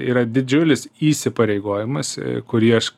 yra didžiulis įsipareigojimas kurį aš